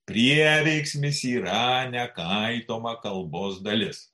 prieveiksmis yra nekaitoma kalbos dalis